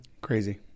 Crazy